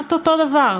כמעט אותו דבר,